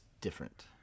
different